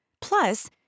plus